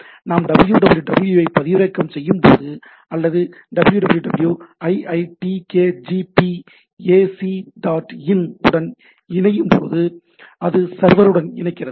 நாம் www ஐ பதிவிறக்கம் செய்யும்போது அல்லது " www iitkgp ac dot in " உடன் இணைக்கும்போது அது சர்வருடன் இணைகிறது